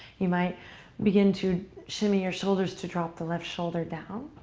you might begin to shimmy your shoulders to drop the left shoulder down.